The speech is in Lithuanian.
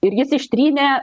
ir jis ištrynė